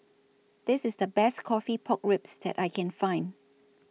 This IS The Best Coffee Pork Ribs that I Can Find